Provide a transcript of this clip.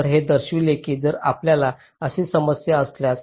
तर हे दर्शविते की जर आपल्याला अशी समस्या असल्यास